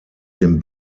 dem